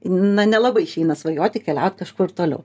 na nelabai išeina svajoti keliaut kažkur toliau